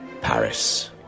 Paris